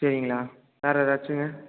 சரிங்களா வேறு ஏதாச்சுங்க